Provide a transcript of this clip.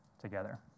together